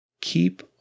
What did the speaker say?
Keep